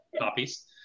copies